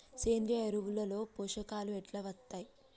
సేంద్రీయ ఎరువుల లో పోషకాలు ఎట్లా వత్తయ్?